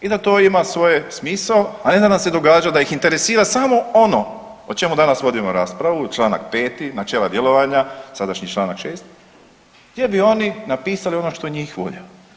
I da to ima svoj smisao, a ne da nam se događa da ih interesira samo ono o čemu danas vodimo raspravu Članak 5. načela djelovanja sadašnji Članak 6. gdje bi oni napisali ono što je njih volja.